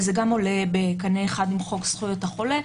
וזה גם עולה בקנה אחד עם חוק זכויות החולה,